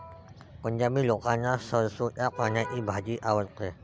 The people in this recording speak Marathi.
पंजाबी लोकांना सरसोंच्या पानांची भाजी आवडते